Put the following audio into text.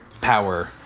power